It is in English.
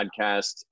podcast